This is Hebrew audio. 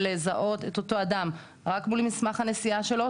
לזהות את אותו אדם רק מול מסמך הנסיעה שלו,